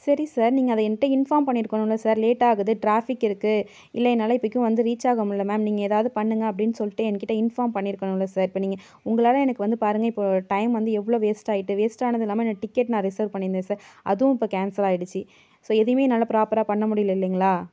சரி சார் நீங்கள் அதை என்கிட்ட இன்ஃபார்ம் பண்ணிருக்கணுல்ல சார் லேட்டாகுது ட்ராஃபிக் இருக்கு இல்லை என்னால் இப்பைக்கும் வந்து ரீச் ஆக முடியல மேம் நீங்கள் எதாவது பண்ணுங்கள் அப்படின்னு சொல்லிட்டு எங்ககிட்ட இன்ஃபார்ம் பண்ணிருக்கணுல்ல சார் இப்போ நீங்கள் உங்களால் எனக்கு வந்து பாருங்கள் இப்போ டைம் வந்து எவ்வளோ வேஸ்ட் ஆயிட்டு வேஸ்ட்டானதும் இல்லாமல் நான் டிக்கெட் நான் ரிசர்வ் பண்ணிருந்தேன் சார் அதுவும் இப்போ கேன்சல் ஆயிடுச்சு ஸோ எதையுமே என்னால ப்ராப்பராக பண்ண முடில இல்லைங்களா